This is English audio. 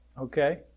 Okay